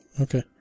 Okay